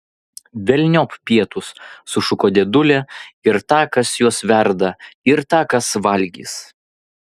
velniop pietus sušuko dėdulė ir tą kas juos verda ir tą kas valgys